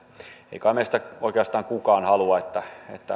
ei kai meistä oikeastaan kukaan halua että